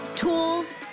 tools